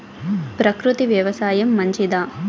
ప్రకృతి వ్యవసాయం మంచిదా?